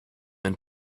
and